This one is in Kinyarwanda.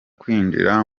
kwinjira